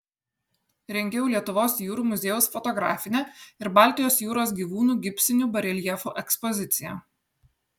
rengiau lietuvos jūrų muziejaus fotografinę ir baltijos jūros gyvūnų gipsinių bareljefų ekspoziciją